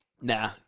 Nah